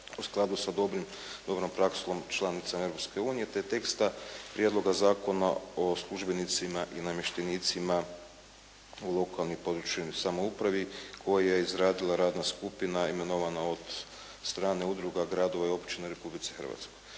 u skladu sa dobrom praksom članica Europske unije, te teksta Prijedloga Zakona o službenicima i namještenicima u lokalnoj i područnoj samoupravi koja je izradila radna skupina imenovana od strane udruga, gradova i općina u Republici Hrvatskoj.